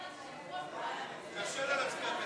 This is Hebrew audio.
למעמד האישה.